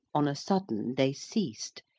on a sudden they ceased,